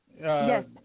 yes